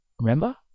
Remember